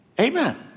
Amen